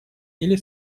или